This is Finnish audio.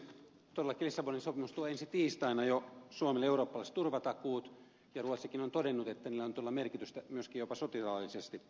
todellakin lissabonin sopimus tuo ensi tiistaina jo suomelle eurooppalaiset turvatakuut ja ruotsikin on todennut että niillä on todella jopa merkitystä myöskin jopa sotilaallisesti